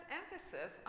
emphasis